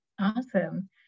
Awesome